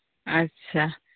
ᱟᱪ ᱪᱷᱟ